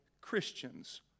Christians